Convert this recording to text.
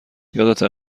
یادته